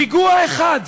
פיגוע אחד,